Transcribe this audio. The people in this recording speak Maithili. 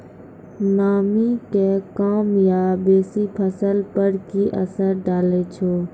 नामी के कम या बेसी फसल पर की असर डाले छै?